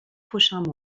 prochains